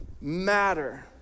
matter